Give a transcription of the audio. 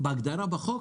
בהגדרה בחוק